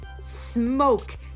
Smoke